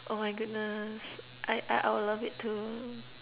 oh my goodness I I I will love it too